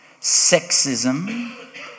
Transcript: sexism